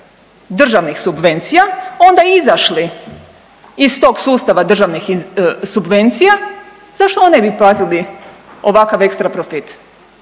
državnih subvencija onda izašli iz tog sustava državnih subvencija, zašto oni ne bi platili ovakav ekstra profit?